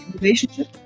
relationship